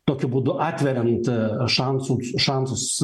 tokiu būdu atveriant šansus šansus